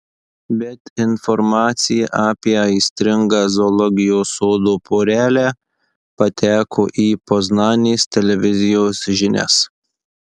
bet informacija apie aistringą zoologijos sodo porelę pateko į poznanės televizijos žinias